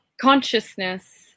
consciousness